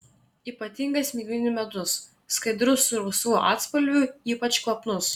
ypatingas mėlynių medus skaidrus su rausvu atspalviu ypač kvapnus